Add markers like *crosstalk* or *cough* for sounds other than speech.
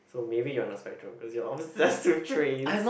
so maybe you are on the spectrum cause you're obsessed with trains *breath*